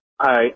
Hi